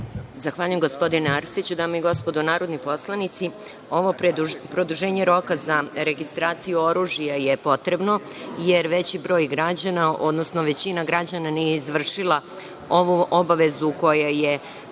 Zahvaljujem, gospodine Arsiću. Dame i gospodo narodni poslanici, ovo produženje roka za registraciju oružja je potrebno, jer veći broj građana, odnosno većina građana nije izvršila ovu obavezu koja je